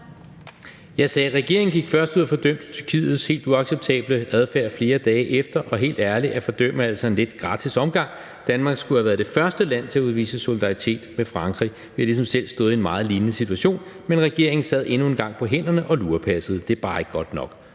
Jeg sagde: Regeringen gik først ud og fordømte Tyrkiets helt uacceptable adfærd flere dage efter. Og helt ærligt: at fordømme er altså en lidt gratis omgang. Danmark skulle have været det første land til at udvise solidaritet med Frankrig. Vi har ligesom selv stået i en meget lignende situation, men regeringen sad endnu en gang på hænderne og lurepassede. Det er bare ikke godt nok.